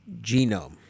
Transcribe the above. genome